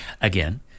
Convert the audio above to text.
again